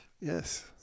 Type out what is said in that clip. Yes